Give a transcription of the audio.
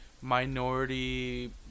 minority